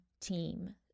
team